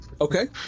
Okay